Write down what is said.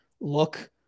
look